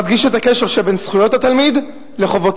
המדגיש את הקשר שבין זכויות התלמיד לחובותיו.